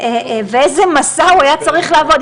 ואיזה מסע הוא היה צריך לעבור.